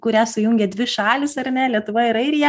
kurią sujungė dvi šalys ar ne lietuva ir airija